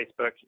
Facebook